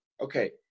okay